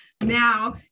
now